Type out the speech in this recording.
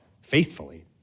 faithfully